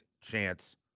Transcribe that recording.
chance